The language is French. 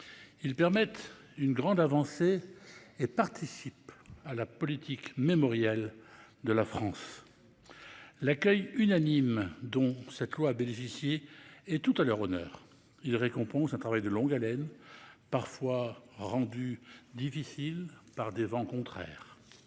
loi permettent une grande avancée et participent à la politique mémorielle de la France. L'accueil unanime dont cette loi a bénéficié est tout à leur honneur. Il récompense un travail de longue haleine, parfois rendu difficile par des vents contraires